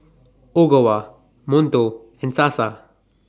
Ogawa Monto and Sasa